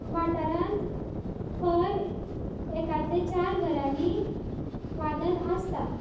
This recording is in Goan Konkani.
वाठारांत हर एकांतले चार घरांनी वादन आसता